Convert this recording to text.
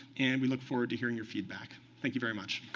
and we look forward to hearing your feedback. thank you very much.